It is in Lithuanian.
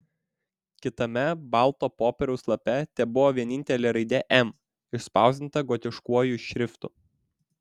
kitame balto popieriaus lape tebuvo vienintelė raidė m išspausdinta gotiškuoju šriftu